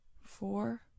four